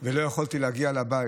בשכונת רמות ולא יכולתי להגיע לבית.